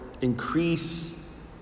increase